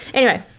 anyway,